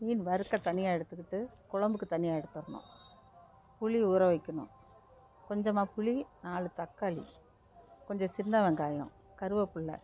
மீன் வறுக்க தனியாக எடுத்துக்கிட்டு குழம்புக்கு தனியாக எடுத்தரணும் புளி ஊற வைக்கணும் கொஞ்சமாக புளி நாலு தக்காளி கொஞ்சம் சின்ன வெங்காயம் கருவேப்பில்ல